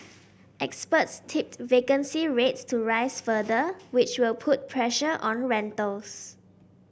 experts tipped vacancy rates to rise further which will put pressure on rentals